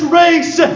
race